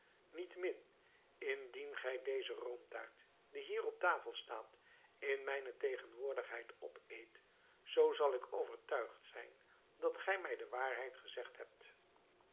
niettemin indien gij deze roomtaart die hier op tafel staat in mijne tegenwoordigheid opeet zoo zal ik overtuigd zijn dat gij mij de waarheid gezegd hebt